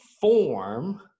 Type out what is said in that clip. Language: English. form